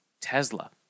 Tesla